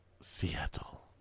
Seattle